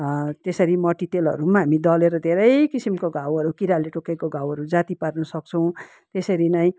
त्यसरी मट्टितेलहरू पनि हामी दलेर धेरै किसिमको घाउहरू किराले टोकेको घाउहरू जाती पार्नसक्छौँ त्यसरी नै